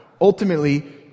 Ultimately